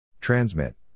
Transmit